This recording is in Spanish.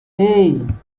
hey